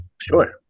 Sure